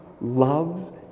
loves